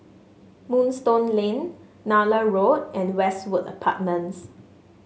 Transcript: Moonstone Lane Nallur Road and Westwood Apartments